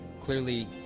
clearly